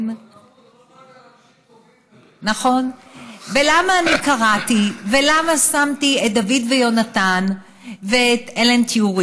אנחנו מדברים רק על אנשים טובים